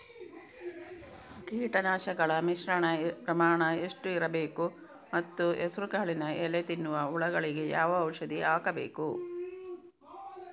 ಕೀಟನಾಶಕಗಳ ಮಿಶ್ರಣ ಪ್ರಮಾಣ ಎಷ್ಟು ಇರಬೇಕು ಮತ್ತು ಹೆಸರುಕಾಳಿನ ಎಲೆ ತಿನ್ನುವ ಹುಳಗಳಿಗೆ ಯಾವ ಔಷಧಿ ಹಾಕಬೇಕು?